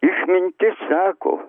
išmintis sako